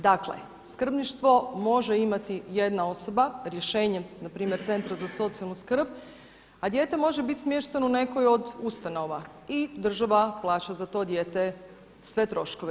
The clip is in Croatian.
Dakle, skrbništvo može imati jedna osoba rješenjem na primjer Centra za socijalnu skrb, a dijete može biti smješteno u nekoj od ustanova i država plaća za to dijete sve troškove.